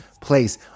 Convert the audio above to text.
place